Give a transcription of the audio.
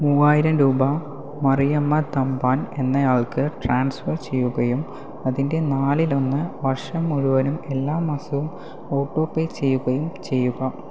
മൂവായിരം രൂപ മറിയാമ്മ തമ്പാൻ എന്നയാൾക്ക് ട്രാൻസ്ഫർ ചെയ്യുകയും അതിൻ്റെ നാലിലൊന്ന് വർഷം മുഴുവനും എല്ലാ മാസവും ഓട്ടോപേ ചെയ്യുകയും ചെയ്യുക